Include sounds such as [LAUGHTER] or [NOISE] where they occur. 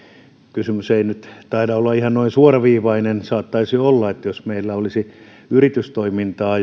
kysymys ei nyt taida olla ihan noin suoraviivainen saattaisi olla että jos meillä olisi yritystoimintaa [UNINTELLIGIBLE]